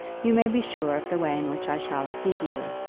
you may be sure of the way in which i shall receive you.